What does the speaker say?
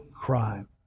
crime